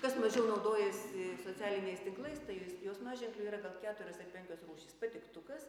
kas mažiau naudojasi socialiniais tinklais tai j jausmaženklių yra gal keturios ar penkios rūšys patiktukas